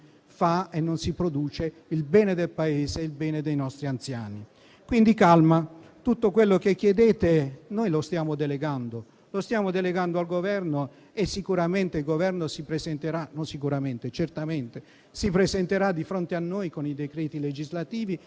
fa e non si produce il bene del Paese e dei nostri anziani. Quindi, calma; tutto quello che chiedete noi lo stiamo delegando, lo stiamo delegando al Governo e sicuramente il Governo si presenterà di fronte a noi con i decreti legislativi